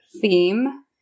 theme